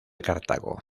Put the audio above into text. cartago